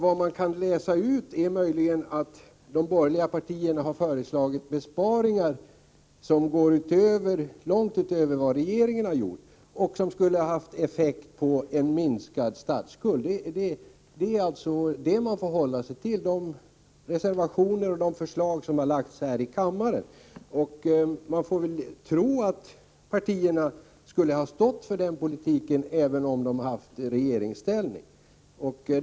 Vad man kan läsa ut är att de borgerliga partierna har föreslagit besparingar som går långt utöver regeringens politik och som skulle haft effekt i form av en minskad statsskuld. Det är de reservationer och förslag som tagits upp här i kammaren som man får hålla sig till. Man får väl tro att partierna skulle ha stått för sin politik även i regeringsställning.